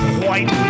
white